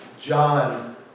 John